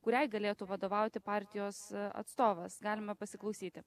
kuriai galėtų vadovauti partijos atstovas galima pasiklausyti